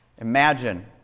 Imagine